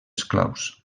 esclaus